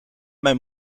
mijn